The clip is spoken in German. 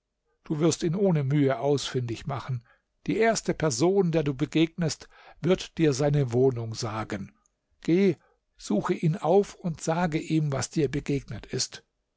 du wirst ihn ohne mühe ausfindig machen die erste person der du begegnest wird dir seine wohnung sagen geh suche ihn auf und sage ihm was dir begegnet ist